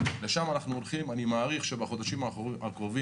לשם אנחנו הולכים ואני מעריך שנגיע לזה בחודשים הקרובים.